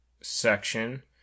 section